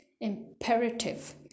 imperative